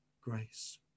grace